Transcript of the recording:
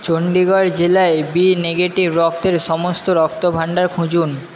চণ্ডীগড় জেলায় B negative রক্তের সমস্ত রক্তভাণ্ডার খুঁজুন